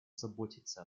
заботиться